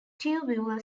tubular